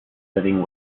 living